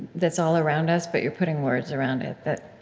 that's all around us, but you're putting words around it, that